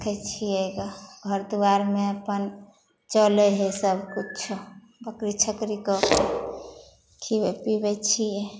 रक्खै छियै गऽ घर द्वारमे अपन चलै हइ सब किछो बकरी छकरीके खीअबै पीबै छियै